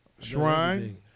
Shrine